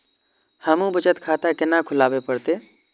हमू बचत खाता केना खुलाबे परतें?